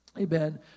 Amen